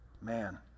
man